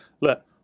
look